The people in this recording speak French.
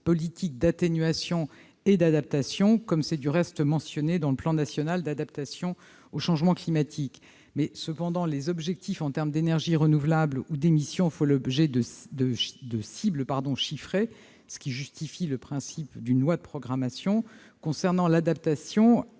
d'atténuation et d'adaptation, comme c'est du reste mentionné dans le plan national d'adaptation au changement climatique. Cependant, les objectifs en matière d'énergie renouvelable ou d'émissions font l'objet de cibles chiffrées, ce qui justifie le principe d'une loi de programmation. L'adaptation,